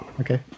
Okay